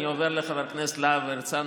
אני עובר לחבר כנסת להב הרצנו.